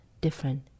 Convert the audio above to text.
different